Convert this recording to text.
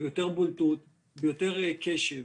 יותר בולטות ויותר קשב